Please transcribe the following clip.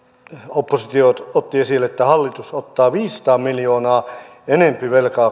oppositio otti esille että hallitus ottaa viisisataa miljoonaa enempi velkaa